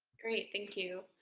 great. thank you.